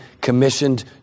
commissioned